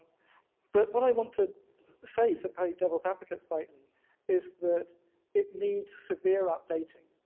but what i want to say to play devil's advocate slightly is that it needs severe updating